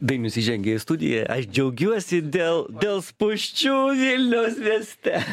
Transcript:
dainius įžengė į studiją aš džiaugiuosi dėl dėl spūsčių vilniaus mieste